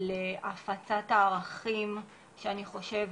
ליהנות, להתפרק,